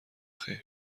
خیر